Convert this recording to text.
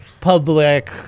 public